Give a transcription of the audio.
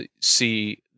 see